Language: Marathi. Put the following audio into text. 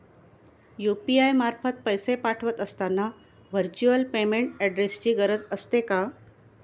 यु.पी.आय मार्फत पैसे पाठवत असताना व्हर्च्युअल पेमेंट ऍड्रेसची गरज असते का?